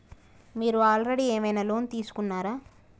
మీరు ఆల్రెడీ ఏమైనా లోన్ తీసుకున్నారా?